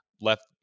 left